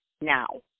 now